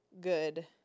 good